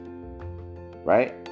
right